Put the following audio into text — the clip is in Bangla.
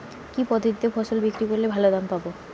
কি পদ্ধতিতে ফসল বিক্রি করলে ভালো দাম পাব?